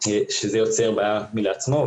מה שיוצר בעיה כשלעצמו.